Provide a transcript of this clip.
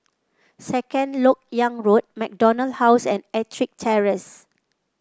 Second LoK Yang Road MacDonald House and EttricK Terrace